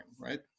right